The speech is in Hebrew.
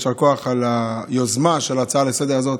יישר כוח על היוזמה של ההצעה לסדר-היום הזאת.